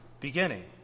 beginning